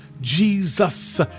Jesus